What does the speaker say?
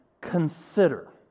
consider